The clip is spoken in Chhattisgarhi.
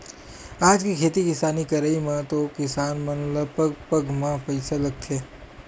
आज के खेती किसानी करई म तो किसान मन ल पग पग म पइसा लगथे